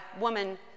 woman